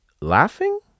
laughing